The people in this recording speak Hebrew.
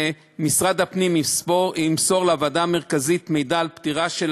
שמשרד הפנים ימסור לוועדה המרכזית מידע על פטירה של